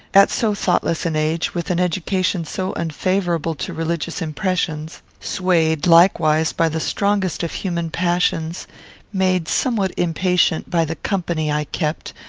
at so thoughtless an age, with an education so unfavourable to religious impressions swayed, likewise, by the strongest of human passions made somewhat impatient, by the company i kept,